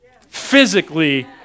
physically